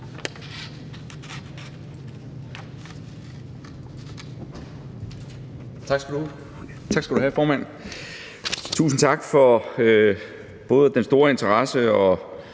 Tak skal du have, formand. Tusind tak for både den store interesse og